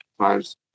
times